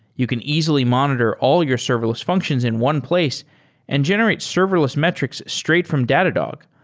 you can easily monitor all your serverless functions in one place and generate serverless metrics straight from datadog.